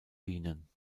dienen